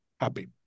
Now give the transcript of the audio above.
happy